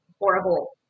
horrible